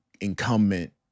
incumbent